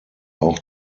auch